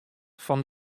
fan